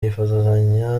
yifotozanya